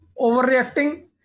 overreacting